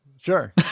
sure